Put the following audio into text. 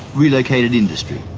relocated industry.